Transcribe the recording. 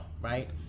right